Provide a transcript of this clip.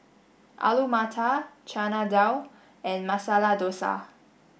Alu Matar Chana Dal and Masala Dosa